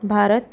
Bharat